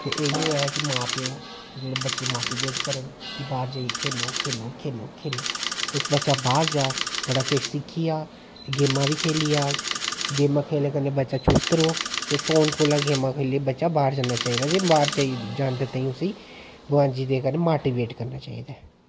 ते इयो ऐ की मां प्योऽ जेह्ड़े बच्चें गी मोटिवेट करन की बाहर जाइयै खेलो खेलो खेलो खेलो इक्क बच्चा बाहर जा बड़ा किश सिक्खी आ गेमां बी खेल्ला आह्ग गेमां खेल्लने कन्नै बच्चा चुस्त रौह्ग ते फोन कोला गेमें कोला बच्चा बाहर जाना चाहिदा ते बाहर जाने ताहीं उसी मोटिवेट करना चाहिदा